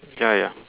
ya ya